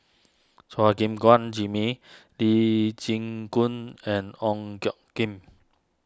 Chua Gim Guan Jimmy Lee Chin Koon and Ong Tjoe Kim